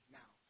now